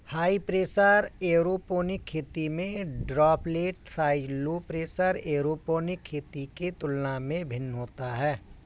high pressure aeroponic खेती में droplet size low pressure aeroponic खेती के तुलना में भिन्न होता है